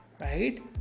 right